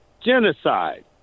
Genocide